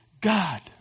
God